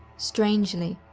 strangely,